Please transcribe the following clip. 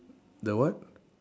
the what